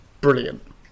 brilliant